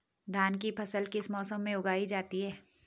धान की फसल किस मौसम में उगाई जाती है?